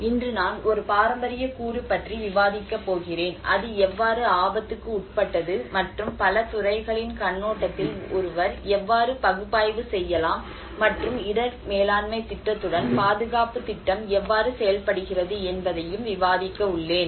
இன்று நான் ஒரு பாரம்பரிய கூறு பற்றி விவாதிக்கப் போகிறேன் அது எவ்வாறு ஆபத்துக்கு உட்பட்டது மற்றும் பல துறைகளின் கண்ணோட்டத்தில் ஒருவர் எவ்வாறு பகுப்பாய்வு செய்யலாம் மற்றும் இடர் மேலாண்மை திட்டத்துடன் பாதுகாப்புத் திட்டம் எவ்வாறு செயல்படுகிறது என்பதையும் விவாதிக்க உள்ளேன்